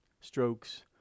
strokes